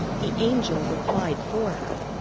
the angel replied for her.